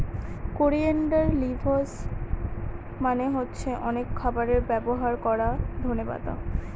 coriander leaves মানে হচ্ছে অনেক খাবারে ব্যবহার করা ধনে পাতা